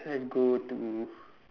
try go to